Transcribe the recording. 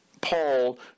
Paul